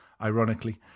ironically